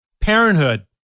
Parenthood